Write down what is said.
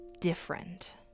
different